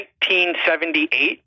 1978